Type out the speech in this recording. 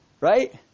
Right